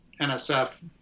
NSF